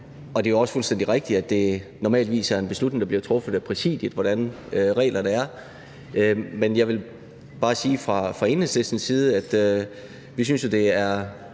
og det er jo også fuldstændig rigtigt, at det normalvis er en beslutning, der bliver truffet af Præsidiet, om, hvordan reglerne er. Men jeg vil bare sige fra Enhedslistens side, at vi jo synes, det er